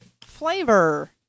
Flavor